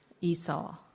Esau